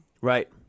right